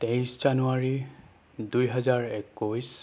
তেইছ জানুৱাৰী দুহেজাৰ একৈছ